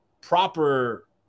proper